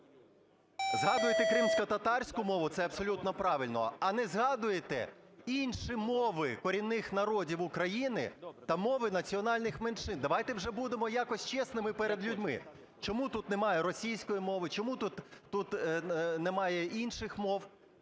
згадуєте кримськотатарську мову - це абсолютно правильно, - а не згадуєте інші мови корінних народів України та мови національних меншин? Давайте вже будемо якось чесними перед людьми. Чому тут немає російської мови? Чому тут немає інших мов